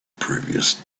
previous